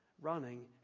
Running